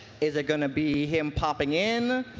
is it going to be him popping in?